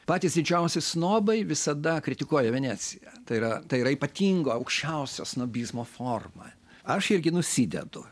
patys didžiausi snobai visada kritikuoja veneciją tai yra tai yra ypatinga aukščiausia snobizmo forma aš irgi nusidedu